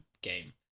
game